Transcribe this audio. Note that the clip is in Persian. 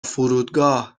فرودگاه